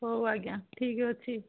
ହଉ ଆଜ୍ଞା ଠିକ୍ ଅଛି